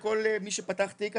לכל מי שפתח תיק,